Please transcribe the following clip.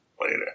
Later